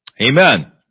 Amen